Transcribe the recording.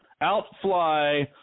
outfly